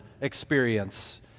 experience